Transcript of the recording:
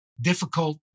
Difficult